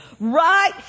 Right